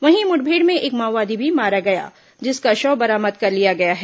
वहीं मुठभेड़ में एक माओवादी भी मारा गया जिसका शव बरामद कर लिया गया है